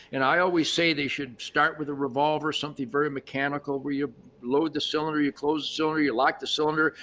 and i always say they should start with a revolver, something very mechanical where you load the cylinder, you close the cylinder, you lock the cylinder,